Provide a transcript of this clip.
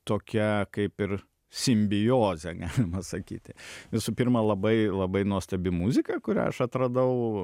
tokia kaip ir simbiozė galima sakyti visų pirma labai labai nuostabi muzika kurią aš atradau